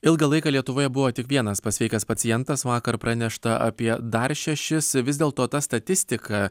ilgą laiką lietuvoje buvo tik vienas pasveikęs pacientas vakar pranešta apie dar šešis vis dėlto ta statistika